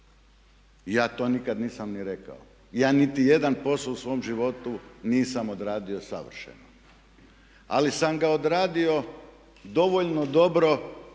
Ja to nikad nisam ni rekao. Ja niti jedan posao u svom životu nisam odradio savršeno. Ali sam ga odradio dovoljno dobro